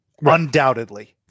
undoubtedly